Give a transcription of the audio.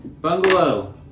Bungalow